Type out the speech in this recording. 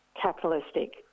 capitalistic